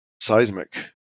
seismic